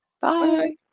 Bye